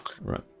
Right